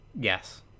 Yes